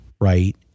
right